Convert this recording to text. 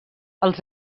els